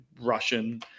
Russian